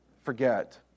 forget